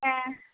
ᱦᱮᱸ